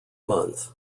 month